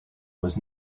was